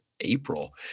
april